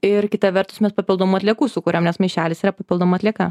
ir kita vertus mes papildomų atliekų sukuriam nes maišelis yra papildoma atlieka